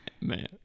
man